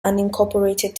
unincorporated